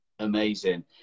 amazing